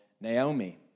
Naomi